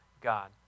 God